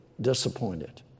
disappointed